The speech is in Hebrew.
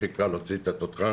הכי קל להוציא את התותחן.